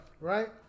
Right